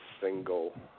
single